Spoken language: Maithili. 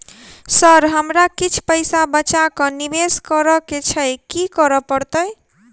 सर हमरा किछ पैसा बचा कऽ निवेश करऽ केँ छैय की करऽ परतै?